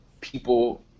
people